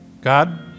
God